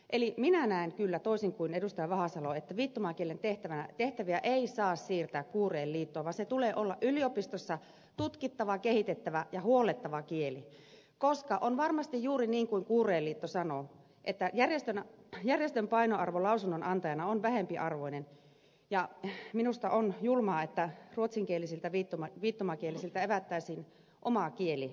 eli minä näen kyllä toisin kuin edustaja vahasalo että viittomakielen tehtäviä ei saa siirtää kuurojen liittoon vaan sen tulee olla yliopistossa tutkittava kehitettävä ja huollettava kieli koska on varmasti juuri niin kuin kuurojen liitto sanoo että järjestön painoarvo lausunnonantajana on vähempiarvoinen ja minusta on julmaa että ruotsinkielisiltä viittomakielisiltä evättäisiin oma kieli